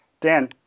Dan